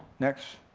next.